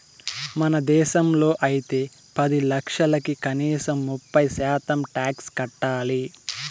మన దేశంలో అయితే పది లక్షలకి కనీసం ముప్పై శాతం టాక్స్ కట్టాలి